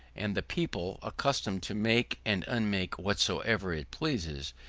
and the people, accustomed to make and unmake whatsoever it pleases,